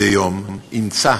כן, אין לי בעיה